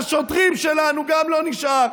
לשוטרים שלנו גם לא נשאר.